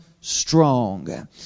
strong